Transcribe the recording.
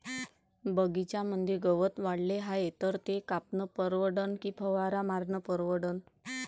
बगीच्यामंदी गवत वाढले हाये तर ते कापनं परवडन की फवारा मारनं परवडन?